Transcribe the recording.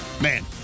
Man